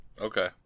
Okay